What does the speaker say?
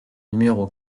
numéro